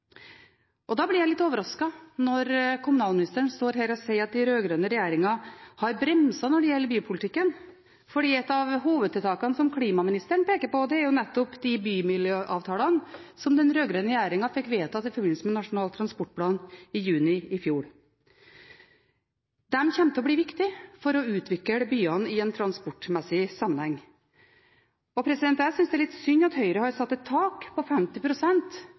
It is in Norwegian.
Da blir jeg litt overrasket når kommunalministeren står her og sier at den rød-grønne regjeringen har bremset bypolitikken. Et av hovedtiltakene som klimaministeren peker på, er jo nettopp de bymiljøavtalene som den rød-grønne regjeringen fikk vedtatt i forbindelse med Nasjonal transportplan i juni i fjor. De kommer til å bli viktige for å utvikle byene i en transportmessig sammenheng. Jeg synes det er litt synd at Høyre har satt et tak på